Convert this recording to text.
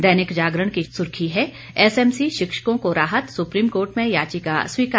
दैनिक जागरण की सुर्खी है एसएमसी शिक्षकों को राहत सुप्रीमकोर्ट में याचिका स्वीकार